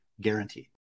guaranteed